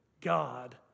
God